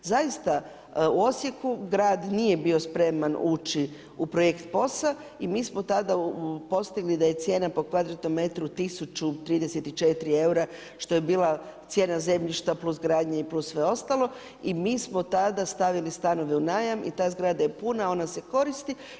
Zaista u Osijeku grad nije bio spreman ući u projekt POS-a i mi smo tada postigli da je cijena po kvadratnom metru 1034 eura što je bila cijena zemljišta plus gradnje i plus sve ostalo i mi smo tada stavili stanove u najam i ta zgrada je puna i ona se koristi.